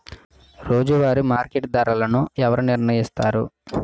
రోజువారి మార్కెట్ ధరలను ఎవరు నిర్ణయిస్తారు?